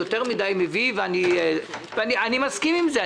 ויותר מדיי מביא - אני מסכים עם זה,